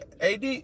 AD